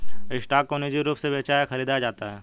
stock को निजी रूप से बेचा या खरीदा जाता है